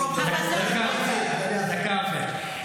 אבל זה הזמן של אחמד.